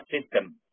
system